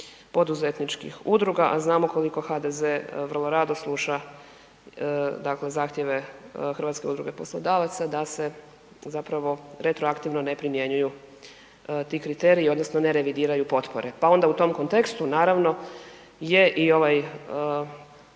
poduzetničkih udruga, a znamo koliko HDZ vrlo rado sluša, dakle zahtjeve HUP-a da se zapravo retroaktivno ne primjenjuju ti kriteriji odnosno ne revidiraju potpore, pa onda u tom kontekstu naravno je i ovaj